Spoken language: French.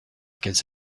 qu’elles